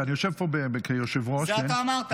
אני יושב פה כיושב-ראש --- זה אתה אמרת.